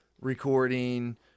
recording